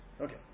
Okay